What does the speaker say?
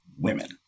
women